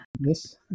Yes